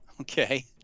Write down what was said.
okay